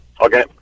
Okay